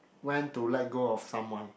when to let go of someone